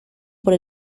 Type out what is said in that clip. por